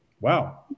Wow